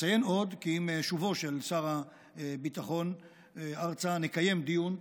אציין עוד כי עם שובו של שר הביטחון ארצה נקיים דיון,